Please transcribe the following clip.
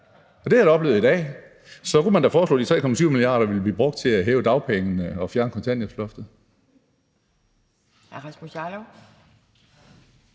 Det har jeg da oplevet i dag. Så kunne man da foreslå, at de 3,7 mia. kr. ville blive brugt til at hæve dagpengene og fjerne kontanthjælpsloftet.